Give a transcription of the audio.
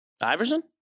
Iverson